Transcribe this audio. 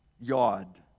Yod